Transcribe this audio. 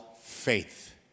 faith